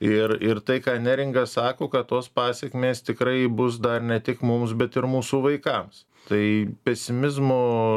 ir ir tai ką neringa sako kad tos pasekmės tikrai bus dar ne tik mums bet ir mūsų vaikams tai pesimizmo